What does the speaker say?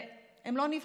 והם לא נבחרו.